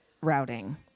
routing